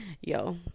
yo